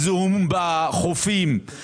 הזיהום בחופים פי חמישה.